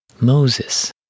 Moses